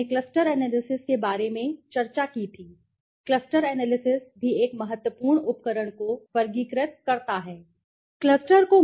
हमने cluster analysis के बारे में चर्चा की थी क्लस्टर एनालिसिस भी एक महत्वपूर्ण उपकरण को वर्गीकृत करता है अगर उस समय मैंने कहा था